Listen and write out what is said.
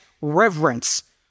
reverence